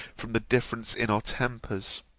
from the difference in our tempers.